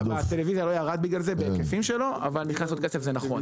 הטלוויזיה לא ירדה בגלל זה בהיקפים שלה אבל מבחינת --- זה נכון.